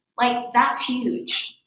like that's huge.